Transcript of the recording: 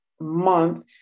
month